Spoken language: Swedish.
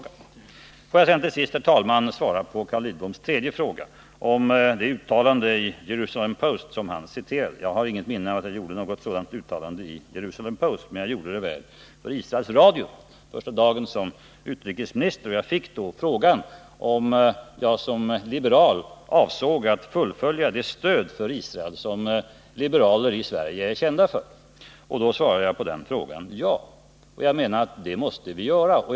19 november 1979 Får jag till sist, herr talman, svara på Carl Lidboms tredje fråga om det uttalande i Jerusalem Post som han citerade. Jag har inget minne av att jag Om förhållandena gjorde något sådant uttalande i Jerusalem Post men väl för Israels radio under —; Mellanöstern min första dag som utrikesminister. Jag fick då frågan om jag som liberal avsåg att fullfölja det stöd för Israel som liberaler i Sverige är kända för. Jag svarade ja på den frågan, för jag menar att vi måste göra det.